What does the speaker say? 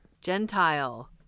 Gentile